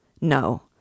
no